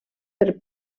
per